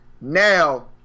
now